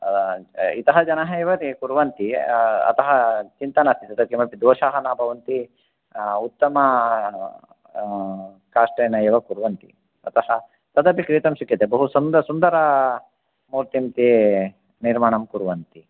इतः जनः एव कुर्वन्ति अतः चिन्तानास्ति तत्र किमपि दोषः न भवन्ति उत्तम काष्ठेन एव कुर्वन्ति अतः तदपि क्रेतुं शक्यते बहु सुन्द सुन्दर मूर्तिं ते निर्माणं कुर्वन्ति